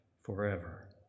forever